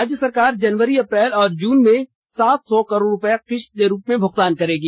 राज्य सरकार जनवरी अप्रैल और जून में सात सौ करोड़ रूपये किश्त के रूप में भूगतान करेगी